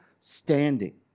standing